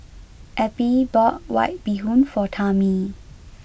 Eppie bought white bee hoon for Tami